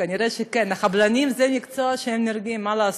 כנראה כן, חבלנים זה מקצוע שנהרגים בו, מה לעשות,